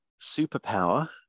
superpower